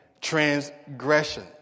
transgression